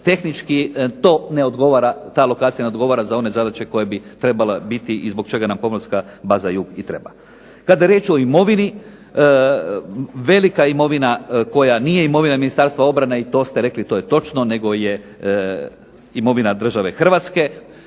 odgovara, ta lokacija ne odgovara za one zadaće koje bi trebale biti i zbog čega nam Pomorska baza Jug i treba. Dakle riječ je o imovini, velika imovina koja nije imovina Ministarstva obrane i to ste rekli, to je točno, nego je imovina države Hrvatske